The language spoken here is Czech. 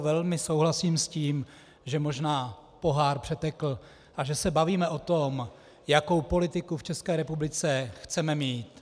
Velmi souhlasím s tím, že možná pohár přetekl a že se bavíme o tom, jakou politiku v České republice chceme mít.